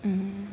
hmm